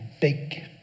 big